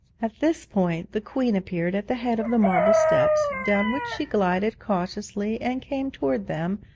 at this point the queen appeared at the head of the marble steps, down which she glided cautiously and came towards them,